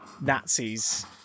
Nazis